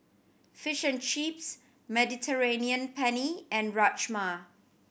Fish and Chips Mediterranean Penne and Rajma